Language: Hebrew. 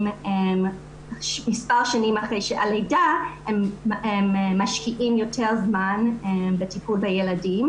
מספר שנים אחרי הלידה משקיעים יותר זמן בטיפול בילדים